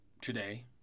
today